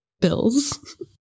Bills